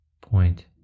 point